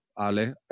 Ale